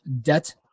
debt